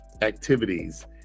activities